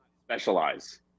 specialize